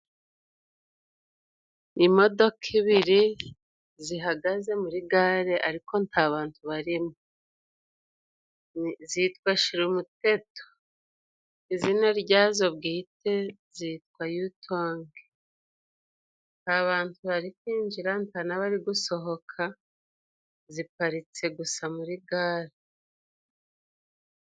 Imodoka ibiri zihagaze muri gare ariko nta bantu barimo zitwa shira umuteto. Izina ryazo bwite zitwa yutongo. Nta bantu bari kwinjira nta n'abari gusohoka, ziparitse gusa muri gare.